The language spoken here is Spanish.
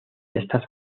estas